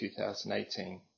2018